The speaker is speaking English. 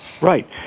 Right